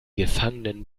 gefangenen